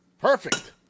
Perfect